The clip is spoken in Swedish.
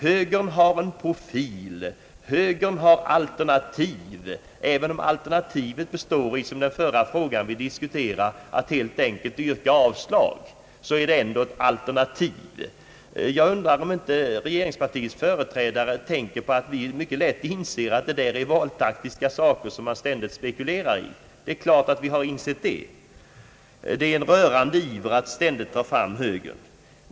»Högern har en profil; högern har alternativ», även om alternativet, såsom i den förra fråga vi diskuterade, består i att helt enkelt yrka avslag. Det är ändå ett alternativ. Jag undrar om inte regeringspartiets företrädare tänker på att vi mycket lätt inser att socialdemokraterna ständigt spekulerar i valtaktik. Vi har givetvis insett detta. Det är en rörande iver att ständigt dra fram högern.